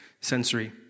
Sensory